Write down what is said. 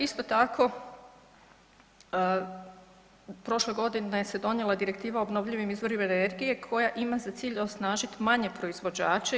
Isto tako, prošle godine se donijela Direktiva o obnovljivim izvorima energije koja ima za cilj osnažiti manje proizvođače.